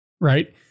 right